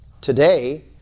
Today